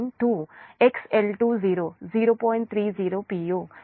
u